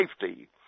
safety